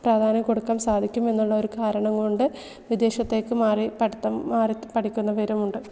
പ്രാധാന്യം കൊടുക്കാൻ സാധിക്കും എന്നുള്ളൊരു കാരണം കൊണ്ട് വിദേശത്തേക്ക് മാറി പഠിത്തം മാറി പഠിക്കുന്ന പേരുമുണ്ട്